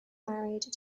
married